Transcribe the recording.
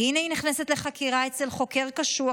והינה היא נכנסת לחקירה אצל חוקר קשוח,